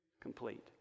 Complete